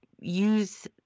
use